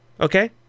Okay